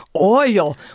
oil